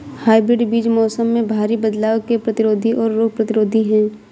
hybrid बीज मौसम में भारी बदलाव के प्रतिरोधी और रोग प्रतिरोधी हैं